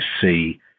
see